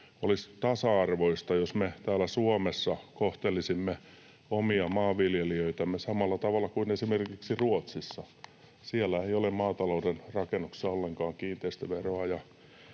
olisi tasa-arvoista, jos me täällä Suomessa kohtelisimme omia maanviljelijöitämme samalla tavalla kuin esimerkiksi Ruotsissa kohdellaan. Siellä ei ole maatalouden rakennuksissa ollenkaan kiinteistöveroa.